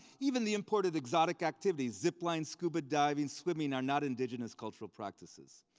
even the imported exotic activities, zip lines, scuba diving, swimming, are not indigenous cultural practices.